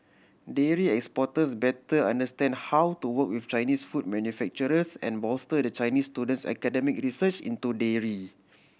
dairy exporters better understand how to work with Chinese food manufacturers and bolster the Chinese student's academic research into dairy